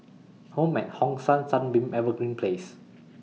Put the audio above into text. Home At Hong San Sunbeam Evergreen Place